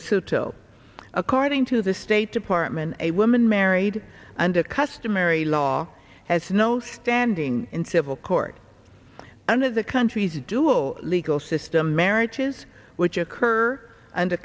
the sotto according to the state department a woman married under customary law has no standing in civil court under the country's dual legal system marriages which occur under